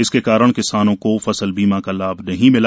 इसके कारण किसानों को फसल बीमा का लाभ नहीं मिला